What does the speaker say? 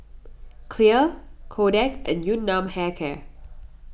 Clear Kodak and Yun Nam Hair Care